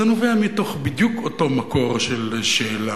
זה נובע בדיוק מתוך אותו מקור של שאלה: